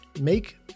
make